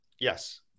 Yes